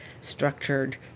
structured